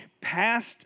past